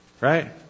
Right